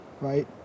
right